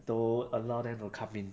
don't allow them to come in